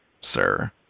sir